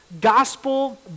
gospel